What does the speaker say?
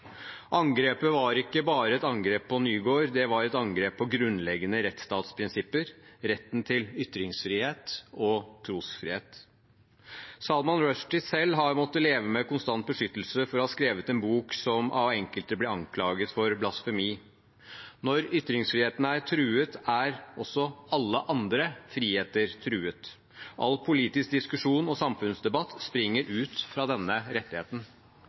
Angrepet var ikke bare et angrep på Nygaard, det var et angrep på grunnleggende rettsstatsprinsipper, retten til ytringsfrihet og trosfrihet. Salman Rushdie selv har måttet leve med konstant beskyttelse for å ha skrevet en bok som av enkelte ble anklaget for blasfemi. Når ytringsfriheten er truet, er også alle andre friheter truet. All politisk diskusjon og samfunnsdebatt springer ut fra denne rettigheten.